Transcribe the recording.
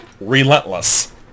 relentless